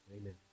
Amen